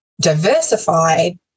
Diversified